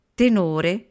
tenore